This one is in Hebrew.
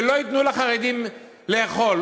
ולא ייתנו לחרדים לאכול,